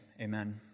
Amen